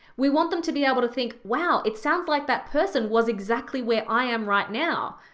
we want them to be able to think, wow, it sounds like that person was exactly where i am right now.